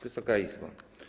Wysoka Izbo!